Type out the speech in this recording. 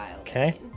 okay